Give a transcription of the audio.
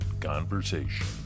Conversation